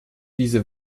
diese